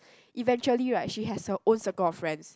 eventually right she has her own circle of friends